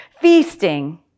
feasting